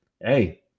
hey